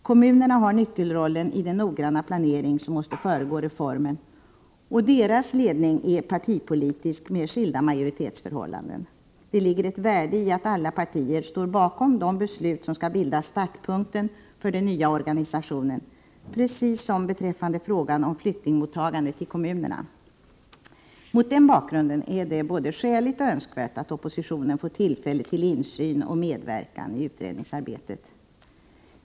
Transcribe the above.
Kommunerna har nyckelrollen i den noggranna planering som måste föregå reformen, och deras ledning är partipolitisk med skilda majoritetsförhållanden. Det ligger ett värde i att alla partier står bakom de beslut som skall bilda startpunkten för den nya oganisationen, precis som beträffande frågan om flyktingmottagandet i kommunerna. Mot den bakgrunden är det både skäligt och önskvärt att oppositionen får tillfälle till insyn och medverkan i utredningsarbetet.